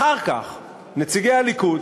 אחר כך נציגי הליכוד,